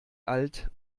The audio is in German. alt